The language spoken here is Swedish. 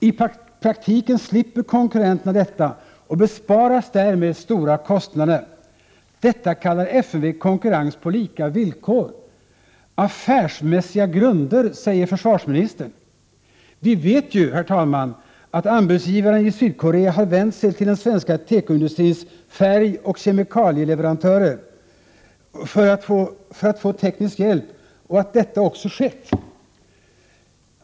I praktiken slipper konkurrenterna det arbetet och besparas därmed stora kostnader. Detta kallar FMV konkurrens på lika villkor. Upphandlingen skall ske på affärsmässiga grunder, säger försvarsministern. Vi vet ju, herr talman, att anbudsgivaren i Sydkorea har vänt sig till den svenska tekoindustrins färgoch kemikalieleverantörer för att få teknisk hjälp, som också har lämnats.